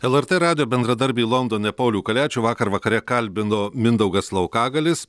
lrt radijo bendradarbį londone paulių kaliačių vakar vakare kalbino mindaugas laukagalis